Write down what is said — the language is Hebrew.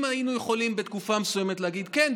אם היינו יכולים בתקופה מסוימת להגיד: כן,